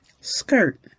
skirt